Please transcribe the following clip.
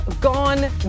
gone